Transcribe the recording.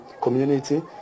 community